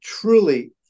truly